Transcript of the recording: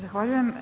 Zahvaljujem.